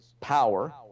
power